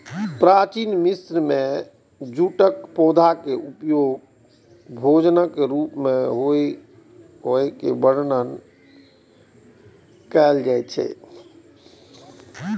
प्राचीन मिस्र मे जूटक पौधाक उपयोग भोजनक रूप मे होइ के वर्णन प्लिनी कयने छै